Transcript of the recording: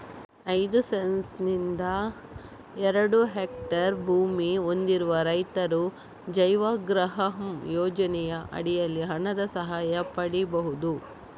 ಐದು ಸೆಂಟ್ಸ್ ನಿಂದ ಎರಡು ಹೆಕ್ಟೇರ್ ಭೂಮಿ ಹೊಂದಿರುವ ರೈತರು ಜೈವಗೃಹಂ ಯೋಜನೆಯ ಅಡಿನಲ್ಲಿ ಹಣದ ಸಹಾಯ ಪಡೀಬಹುದು